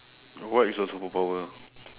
what is your superpower